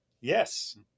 Yes